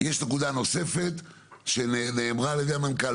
נקודה נוספת שנאמרה על ידי המנכ"ל,